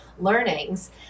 learnings